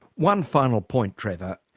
one final point, trevor.